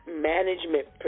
management